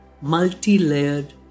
multi-layered